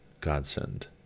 godsend